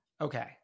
Okay